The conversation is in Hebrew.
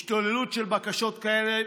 השתוללות של בקשות כאלה